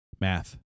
math